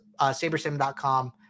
sabersim.com